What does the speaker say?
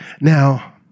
Now